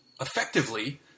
effectively